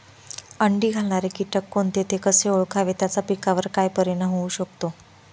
अंडी घालणारे किटक कोणते, ते कसे ओळखावे त्याचा पिकावर काय परिणाम होऊ शकतो?